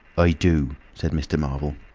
i do, said mr. marvel.